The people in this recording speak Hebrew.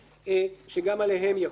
שגם עליהם יחולו.